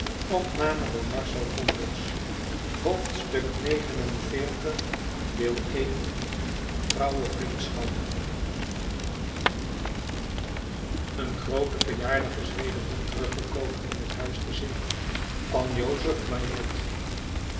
trouwe vriendschap een groote verjaardag is wederom teruggekomen in het huisgezin van jozef